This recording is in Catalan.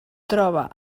troba